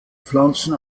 pflanzen